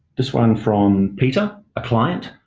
this one from peter, a client.